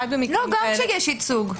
גם כשיש ייצוג.